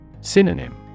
Synonym